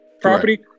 property